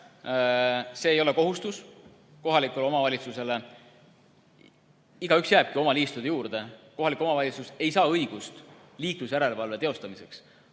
See ei ole kohalikule omavalitsusele kohustus. Igaüks jääbki oma liistude juurde, kohalik omavalitsus ei saa õigust liiklusjärelevalve teostamiseks.